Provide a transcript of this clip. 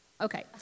Okay